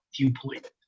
viewpoint